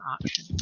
option